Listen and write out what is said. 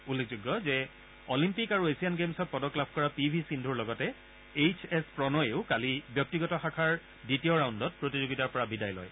উল্লেখযোগ্য যে অলিম্পিক আৰু এছিয়ান গেমছত পদক লাভ কৰা পি ভি সিদ্ধুৰ লগতে এইচ এছ প্ৰণয়েও কালি ব্যক্তিগত শাখাৰ দ্বিতীয় ৰাউণ্ডত প্ৰতিযোগিতাৰ পৰা বিদায় লয়